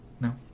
No